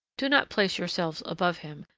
do not place yourselves above him,